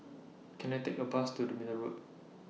Can I Take A Bus to The Middle Road